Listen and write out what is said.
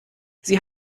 sie